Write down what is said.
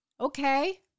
Okay